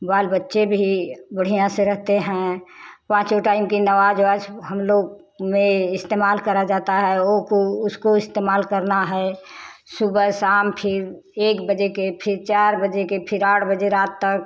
बाल बच्चे भी बढ़िया से रहते हैं पाँचों टाइम की नमाज़ ओवाज हम लोग में इस्तेमाल करा जाता है ओको उसको इस्तेमाल करना है सुबह शाम फिर एक बजे के फिर चार बजे के फिर आठ बजे रात तक